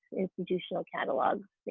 institutional catalogs,